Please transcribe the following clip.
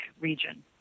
region